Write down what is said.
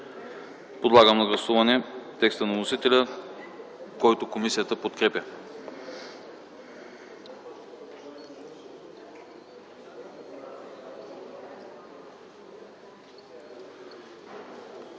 Подлагам на гласуване текста на вносителя, който се подкрепя